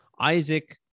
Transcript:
Isaac